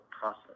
process